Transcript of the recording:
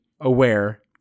aware